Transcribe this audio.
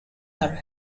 are